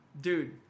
Dude